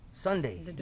Sunday